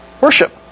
Worship